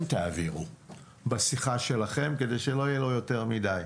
תעבירו בשיחה שלכם כדי שלא יהיה לו יותר מידי,